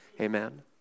Amen